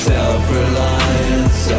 Self-reliance